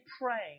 praying